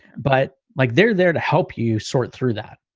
but like they're there to help you sort through that.